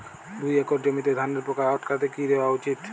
দুই একর জমিতে ধানের পোকা আটকাতে কি দেওয়া উচিৎ?